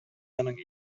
аның